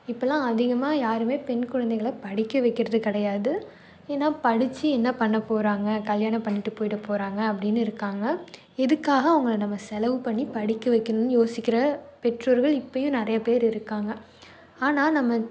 இப்போலாம் அதிகமாக யாருமே பெண் குழந்தைகளை படிக்க வைக்கிறது கிடையாது ஏன்னால் படிச்சு என்ன பண்ணப்போறாங்க கல்யாணம் பண்ணிகிட்டுப் போயிடப்போறாங்க அப்படின்னு இருக்காங்க எதுக்காக அவங்கள நம்ம செலவு பண்ணி படிக்க வைக்கணும்னு யோசிக்கிற பெற்றோர்கள் இப்போயும் நிறைய பேர் இருக்காங்க ஆனால் நம்ம